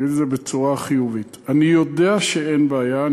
נגיד את זה בצורה חיובית: אני יודע שאין בעיה.